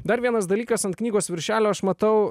dar vienas dalykas ant knygos viršelio aš matau